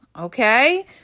Okay